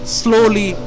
slowly